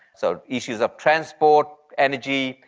so issues of transport, energy,